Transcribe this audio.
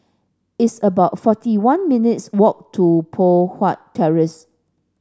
it's about forty one minutes' walk to Poh Huat Terrace